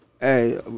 Hey